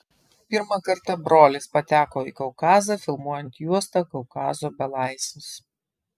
pirmą kartą brolis pateko į kaukazą filmuojant juostą kaukazo belaisvis